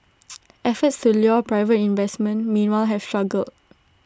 efforts to lure private investment meanwhile have struggled